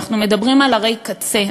אנחנו מדברים על ערי קצה,